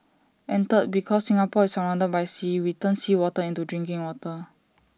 and third because Singapore is surrounded by sea we turn seawater into drinking water